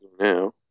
now